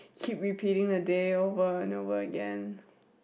keep repeating the day over and over again